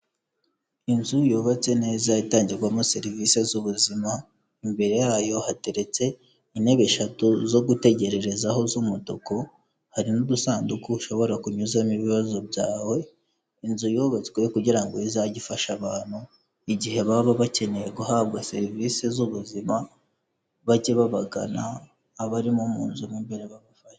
Inzu yubatse neza itangirwamo serivisi z'ubuzima, imbere yayo hateretse intebe eshatu zo gutegererezaho z'umutuku, hari n'udusanduku ushobora kunyuzamo ibibazo byawe, inzu yubatswe kugira ngo izajye ifasha abantu, igihe baba bakeneye guhabwa serivisi z'ubuzima, bajye babagana abarimo mu nzu mo imbere babafashe.